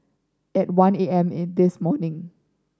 at one A M in this morning